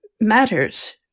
matters